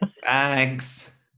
Thanks